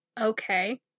Okay